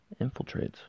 infiltrates